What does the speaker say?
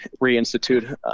reinstitute